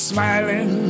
smiling